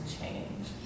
change